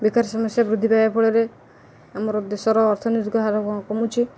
ବେକାରୀ ସମସ୍ୟା ବୃଦ୍ଧି ପାଇବା ଫଳରେ ଆମର ଦେଶର ଅର୍ଥନୀତିକ ହାର କମୁଛି